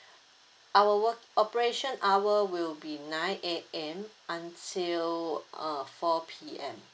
our work operation hour will be nine A_M until uh four P_M